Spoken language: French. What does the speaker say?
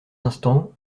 instants